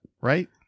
Right